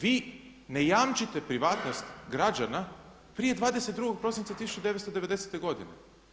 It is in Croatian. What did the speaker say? Vi ne jamčite privatnost građana prije 22. prosinca 1990. godine.